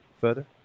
further